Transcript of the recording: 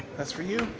that's for you.